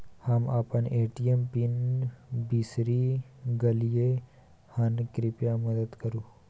हम अपन ATM PIN बिसरि गलियै हन, कृपया मदद करु